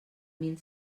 mil